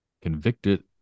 convicted